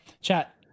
chat